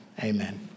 amen